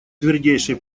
твердейший